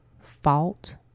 fault